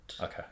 Okay